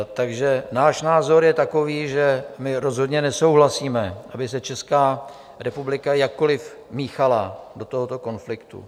Takže náš názor je takový, že rozhodně nesouhlasíme, aby se Česká republika jakkoliv míchala do tohoto konfliktu.